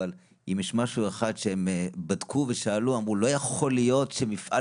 אבל אם יש משהו אחד שהם בדקו ושאלו אמרו: לא יכול להיות שמפעל